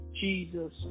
Jesus